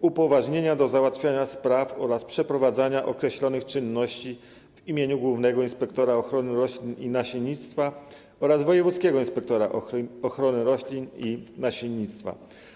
upoważnienia do załatwiania spraw oraz przeprowadzania określonych czynności w imieniu głównego inspektora ochrony roślin i nasiennictwa oraz wojewódzkiego inspektora ochrony roślin i nasiennictwa.